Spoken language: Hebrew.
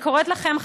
אני קוראת לכם,